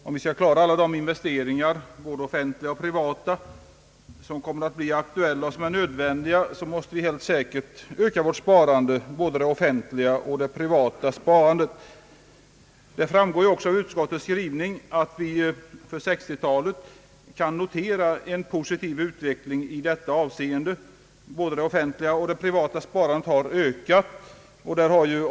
Om vi skall klara alla de investeringar — både offentliga och privata — som kommer att bli aktuella och nödvändiga, måste vi helt säkert öka sparandet, både det offentliga och det privata. Som framgår av utskottets skrivning kan vi också notera en positiv utveckling i detta avseende under 1960-talet. Både det offentliga och det privata sparandet har ökat.